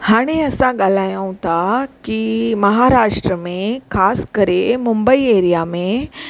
हाणे असां ॻाल्हायूं था की महाराष्ट्र में ख़ासि करे मुंबई एरिया में